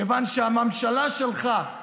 כיוון שהממשלה שלך,